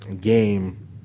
game